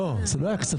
לא, זה לא היה כספים.